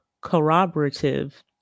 corroborative